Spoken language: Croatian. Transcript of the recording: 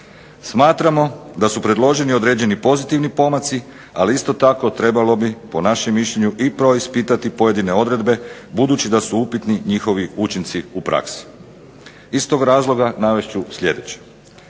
Smatramo da su predloženi određeni pozitivni pomaci, ali isto tako trebalo bi po našem mišljenju i proispitati pojedine odredbe budući da su upitni njihovi učinci u praksi. Iz tog razloga navest ću sljedeće.